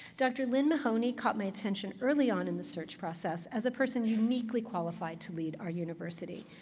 dr. lynn mahoney caught my attention early on in the search process as a person uniquely qualified to lead our university.